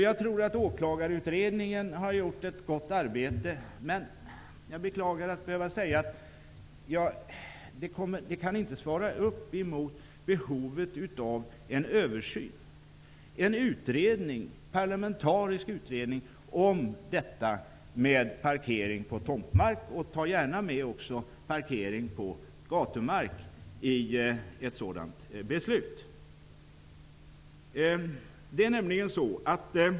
Jag tror att Åklagarutredningen har gjort ett gott arbete, men jag beklagar att jag måste säga att det inte kan svara upp emot behovet av en översyn, en parlamentarisk utredning om detta med parkering på tomtmark. Och ta gärna med också parkering på gatumark i en sådan utredning.